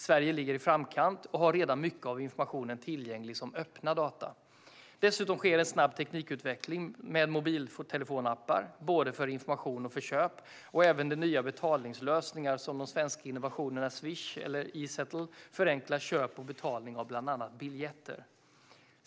Sverige ligger i framkant och har redan mycket av informationen tillgänglig som öppna data. Dessutom sker en snabb teknikutveckling med mobiltelefonappar, både för information och för köp, och även nya betallösningar som de svenska innovationerna Swish och Izettle förenklar köp och betalning av bland annat biljetter.